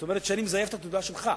זאת אומרת שאני מזייף את התעודה שלך.